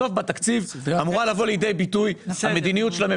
המדיניות של שר האוצר שונה מהמדיניות של שרי